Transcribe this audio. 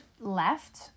left